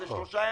זה שלושה ימים.